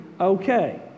okay